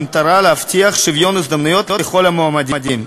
במטרה להבטיח שוויון הזדמנויות לכל המועמדים.